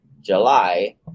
July